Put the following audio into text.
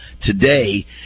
today